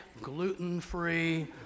gluten-free